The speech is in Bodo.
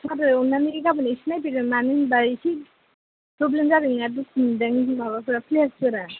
सार अननानै गाबोन एसे नायफैदो मानो होनबा एसे फ्रब्लेम जादोंना दुखु मोनदों माबाफोरा प्लेयारसफोरा